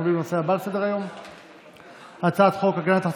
אנחנו עוברים לנושא הבא על סדר-היום,